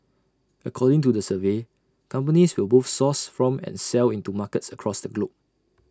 according to the survey companies will both source from and sell into markets across the globe